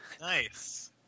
Nice